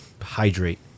Hydrate